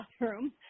bathroom